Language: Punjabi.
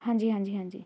ਹਾਂਜੀ ਹਾਂਜੀ ਹਾਂਜੀ